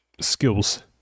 skills